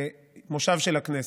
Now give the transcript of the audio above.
מושב של הכנסת.